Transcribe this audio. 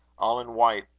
all in white,